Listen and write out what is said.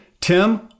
Tim